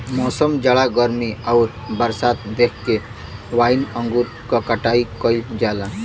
मौसम, जाड़ा गर्मी आउर बरसात देख के वाइन अंगूर क कटाई कइल जाला